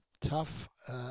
tough